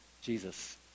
Jesus